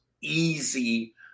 easy